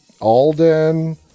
Alden